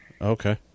Okay